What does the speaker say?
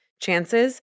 chances